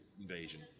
Invasion